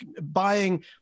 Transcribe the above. buying